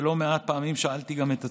ולא מעט פעמים שאלתי גם את עצמי: